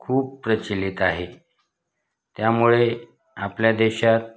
खूप प्रचलित आहे त्यामुळे आपल्या देशात